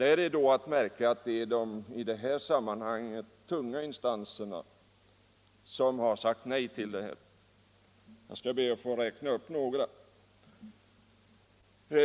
Där är då att märka att det är de i detta sammanhang tunga instanserna som har sagt nej. Jag skall här räkna upp några.